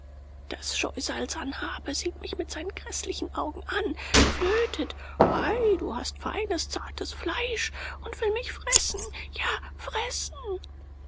das scheusal sanhabe sieht mich mit seinen gräßlichen augen an flötet ei du hast feines zartes fleisch und will mich fressen ja fressen